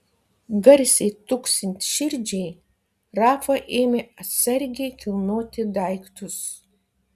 garsiai tuksint širdžiai rafa ėmė atsargiai kilnoti daiktus